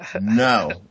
No